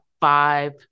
Five